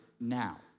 now